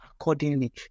accordingly